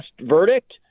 Verdict